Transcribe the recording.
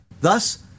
Thus